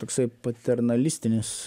toksai paternalistinis